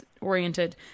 oriented